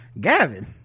Gavin